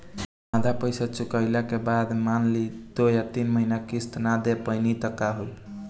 आधा पईसा चुकइला के बाद मान ली दो या तीन महिना किश्त ना दे पैनी त का होई?